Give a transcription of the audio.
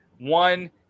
One